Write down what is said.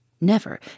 Never